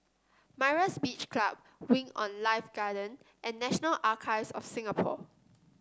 Myra's Beach Club Wing On Life Garden and National Archives of Singapore